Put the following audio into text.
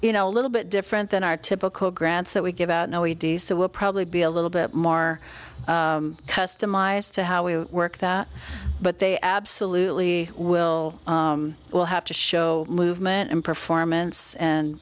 you know a little bit different than our typical grants that we give out now we do so we'll probably be a little bit more customized to how we work that but they absolutely will will have to show movement and performance and